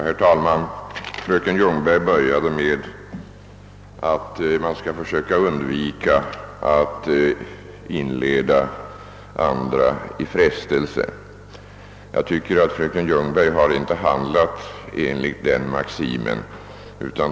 Herr talman! Fröken Ljungberg började sitt anförande med att framhålla att man skall försöka undvika att inleda andra i frestelse. Jag tycker att fröken Ljungberg inte har handlat enligt den maximen.